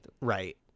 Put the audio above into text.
Right